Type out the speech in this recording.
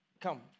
Come